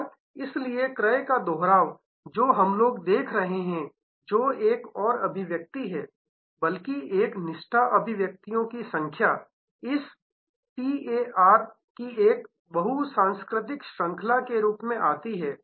और इसलिए क्रय का दोहराव जो हम देख रहे हैं जो एक और अभिव्यक्ति है या बल्कि एक निष्ठा अभिव्यक्तियो की संख्या इस एटीएआर की एक बहुसांस्कृतिक श्रृंखला के रूप में आती है